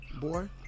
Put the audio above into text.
Boy